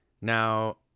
Now